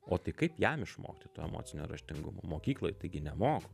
o tai kaip jam išmokti to emocinio raštingumo mokykloj taigi nemoko